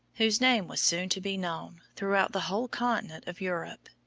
whose name was soon to be known throughout the whole continent of europe.